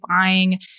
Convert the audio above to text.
buying